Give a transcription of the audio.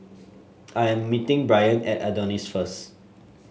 I am meeting Brian at Adonis Hotel first